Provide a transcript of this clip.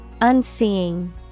Unseeing